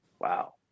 Wow